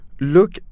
look